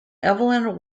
evelyn